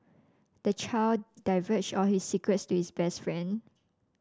the child divulged all his secrets to his best friend